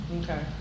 Okay